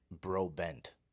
bro-bent